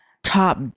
Top